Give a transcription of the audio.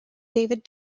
david